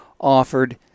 offered